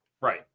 right